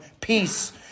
peace